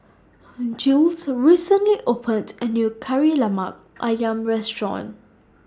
Jules recently opened A New Kari Lemak Ayam Restaurant